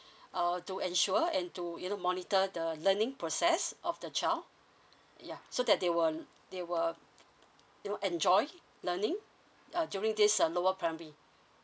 uh to ensure and to you know monitor the learning process of the child yeah so that they will they will you know enjoy learning uh during this uh lower primary